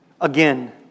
Again